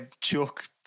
chuck